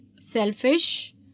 Selfish